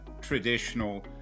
traditional